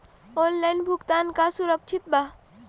Online भुगतान का सुरक्षित बा?